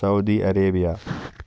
Saudi Arabia